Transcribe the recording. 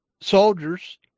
soldiers